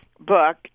book